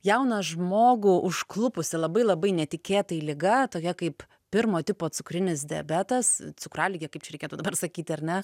jauną žmogų užklupusi labai labai netikėtai liga tokia kaip pirmo tipo cukrinis diabetas cukraligė kaip reikėtų dabar sakyti ar ne